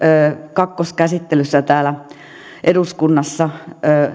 kakkoskäsittelyssä täällä eduskunnassa